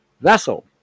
vessel